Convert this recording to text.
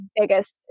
biggest